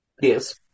Yes